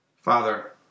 Father